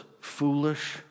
foolish